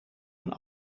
een